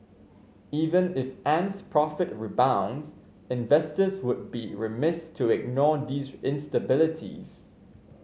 even if Ant's profit rebounds investors would be remiss to ignore these instabilities